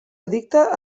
addicte